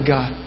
God